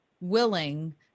willing